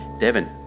Devon